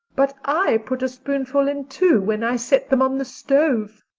but i put a spoonful in too, when i set them on the stove,